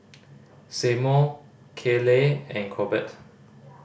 Seymour Kayley and Corbett